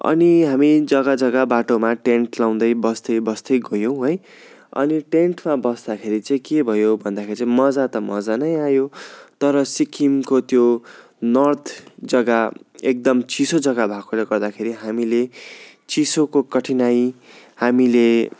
अनि हामी जग्गा जग्गा बाटोमा टेन्ट लाउँदै बस्दै बस्दै गयौँ है अनि टेन्टमा बस्दाखेरि चाहिँ के भयो भन्दाखेरि चाहिँ मजा त मजा नै आयो तर सिक्किमको को त्यो नर्थ जगा एकदम चिसो जगा भएकोले गर्दाखेरि हामीले चिसोको कठिनाइ हामीले